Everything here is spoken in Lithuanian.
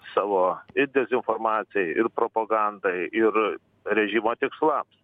savo ir dezinformacijai ir propagandai ir režimo tikslams